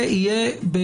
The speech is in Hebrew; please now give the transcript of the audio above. זה יהיה.